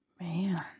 Man